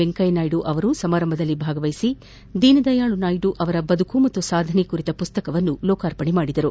ವೆಂಕಯ್ಥನಾಯ್ಡು ಸಮಾರಂಭದಲ್ಲಿ ಭಾಗವಹಿಸಿ ದೀನದಯಾಳು ನಾಯ್ಡು ಅವರ ಬದುಕು ಮತ್ತು ಸಾಧನೆ ಕುರಿತ ಪುಸ್ತಕವನ್ನು ಲೋಕಾರ್ಪಣೆ ಮಾಡಿದರು